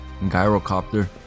Gyrocopter